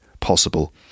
possible